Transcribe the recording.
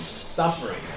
suffering